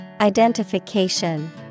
Identification